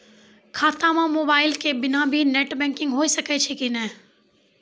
खाता म मोबाइल के बिना भी नेट बैंकिग होय सकैय छै कि नै?